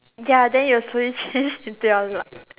ya then you will slowly change into your